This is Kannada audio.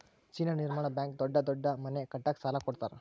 ಚೀನಾ ನಿರ್ಮಾಣ ಬ್ಯಾಂಕ್ ದೊಡ್ಡ ದೊಡ್ಡ ಮನೆ ಕಟ್ಟಕ ಸಾಲ ಕೋಡತರಾ